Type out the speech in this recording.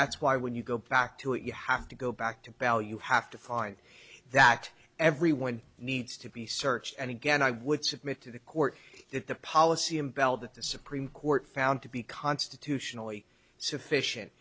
that's why when you go back to it you have to go back to bell you have to find that everyone needs to be searched and again i would submit to the court that the policy in bell that the supreme court found to be constitutionally sufficient